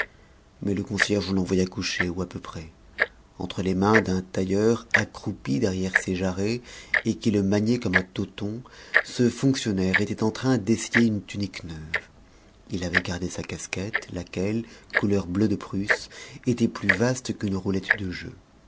mais le concierge l'envoya coucher ou à peu près entre les mains d'un tailleur accroupi derrière ses jarrets et qui le maniait comme un toton ce fonctionnaire était en train d'essayer une tunique neuve il avait gardé sa casquette laquelle couleur bleu de prusse était plus vaste qu'une roulette de jeu